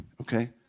okay